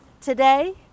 today